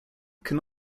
can